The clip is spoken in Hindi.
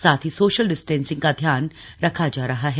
साथ ही सोशल डिस्टेंसिंग का ध्यान रखा जा रहा है